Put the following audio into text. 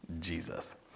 Jesus